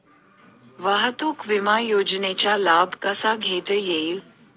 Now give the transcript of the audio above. वाहतूक विमा योजनेचा लाभ कसा घेता येईल?